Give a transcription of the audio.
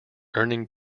earning